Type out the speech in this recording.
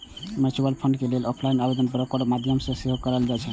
mutual fund लेल offline आवेदन broker के माध्यम सं सेहो कैल जा सकैए